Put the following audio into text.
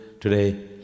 today